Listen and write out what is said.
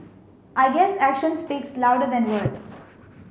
I guess action speaks louder than words